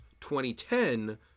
2010